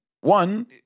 One